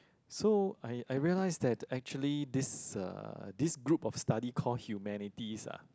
so I I realize that actually this a this group of study call humanities are